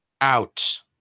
out